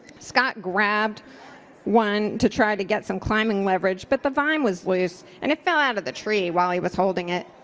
scott grabbed one to try to get some climbing leverage, but the vine was loose, and it fell out of the tree while he was holding it.